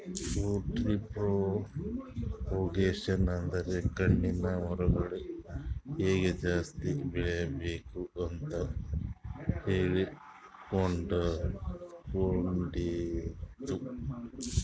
fruit tree propagation ಅಂದ್ರ ಹಣ್ಣಿನ್ ಮರಗೊಳ್ ಹೆಂಗ್ ಜಾಸ್ತಿ ಬೆಳಸ್ಬೇಕ್ ಅಂತ್ ಹೇಳ್ಕೊಡದು